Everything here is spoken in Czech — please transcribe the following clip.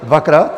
Dvakrát?